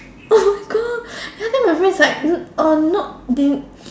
oh my God I think my friends like uh or not be